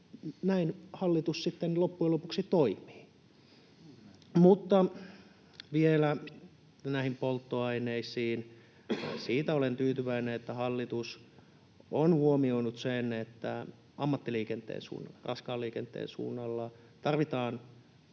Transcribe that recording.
näin hallitus sitten loppujen lopuksi toimii. Mutta vielä näihin polttoaineisiin. Siitä olen tyytyväinen, että hallitus on huomioinut sen, että ammattiliikenteen suunnalla, raskaan liikenteen suunnalla tarvitaan